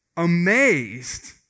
amazed